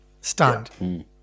stunned